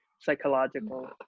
psychological